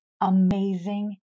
amazing